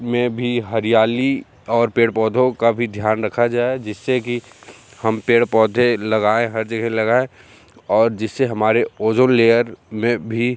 में भी हरियाली और पेड़ पौधों का भी ध्यान रखा जाए जिससे कि हम पेड़ पौधे लगाएं हर जगह लगाएं और जिससे हमारे ओज़ोन लेयर में भी